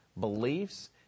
beliefs